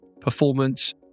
performance